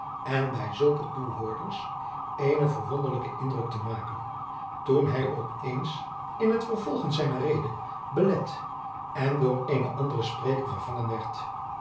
en bij zulke toehoorders eenen verwonderlijken indruk te maken toen hij op eens in het vervolgen zijner rede belet en door eenen anderen spreker vervangen